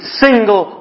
single